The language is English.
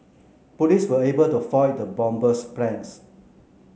police were able to foil the bomber's plans